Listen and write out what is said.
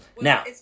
Now